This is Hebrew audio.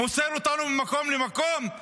מוסר אותנו ממקום למקום?